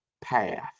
path